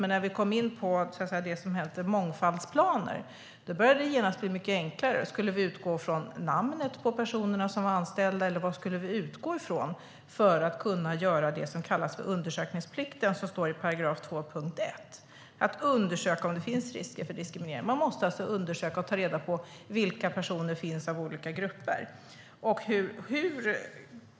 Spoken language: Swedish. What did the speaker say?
Men när vi kom in på det som heter mångfaldsplaner började det genast bli mindre enkelt. Skulle vi utgå från namnet på personerna som var anställda, eller vad skulle vi utgå från för att kunna göra det som kallas för undersökningsplikt som det står om i 2 § punkt 1, att undersöka om det finns risker för diskriminering? Man måste alltså undersöka och ta reda på vilka personer som finns i olika grupper.